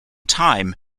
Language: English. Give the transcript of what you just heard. time